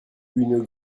une